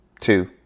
two